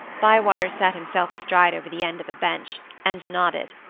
bywater sat himself astride over the end of a bench, and nodded.